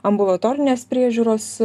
ambulatorinės priežiūros